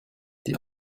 die